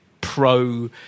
pro